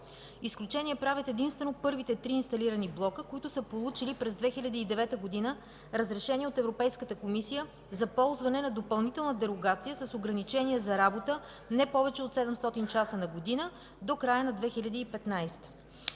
Изключение правят единствено първите три инсталирани блока, които са получили през 2009 г. разрешение от Европейската комисия за ползване на допълнителна дерогация с ограничение за работа не повече от 700 часа на година до 2015